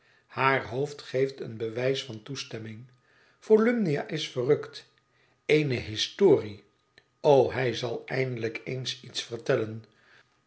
haar hoofd geeft een bewijs van toestemming volumnia is verrukt eene historie o hij zal eindelijk eens iets vertellen